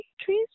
trees